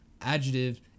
adjective